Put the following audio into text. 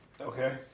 Okay